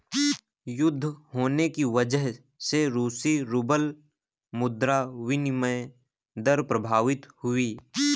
युद्ध होने की वजह से रूसी रूबल मुद्रा विनिमय दर प्रभावित हुई